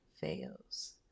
fails